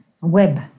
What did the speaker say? web